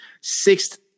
sixth